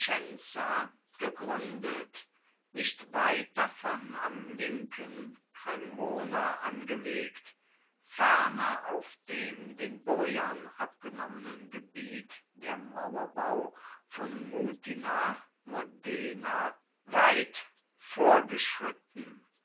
gegruendet nicht weit davon am linken cremona angelegt ferner auf dem den boiern abgenommenen gebiet der mauerbau von mutina modena weit vorgeschritten